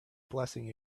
blessing